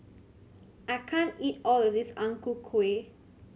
I can't eat all of this Ang Ku Kueh